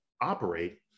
operate